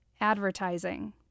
Advertising